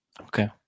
Okay